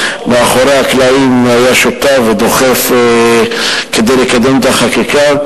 שהיה שותף ודוחף מאחורי הקלעים כדי לקדם את החקיקה,